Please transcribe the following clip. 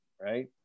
right